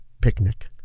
picnic